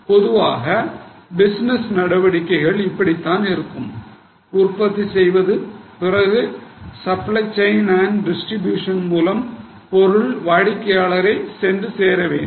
பொதுவாக பிசினஸ் நடவடிக்கைகள் இப்படித்தான் இருக்கும் உற்பத்தி செய்த பிறகு சப்ளை செயின் மற்றும் டிஸ்ட்ரிபியூஷன் மூலம் பொருள் வாடிக்கையாளரை சென்று சேர வேண்டும்